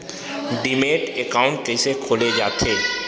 Demat account कइसे खोले जाथे?